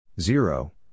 Zero